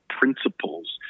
principles